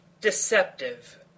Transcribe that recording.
deceptive